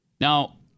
Now